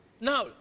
now